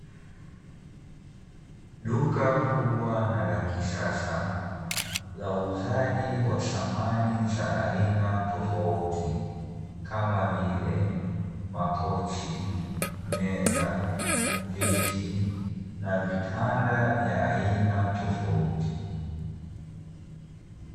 Duka kubwa na la kisasa la uuzaji wa samani za aina tofauti, kama vile makochi, meza, viti na vitanda vya aina tofauti.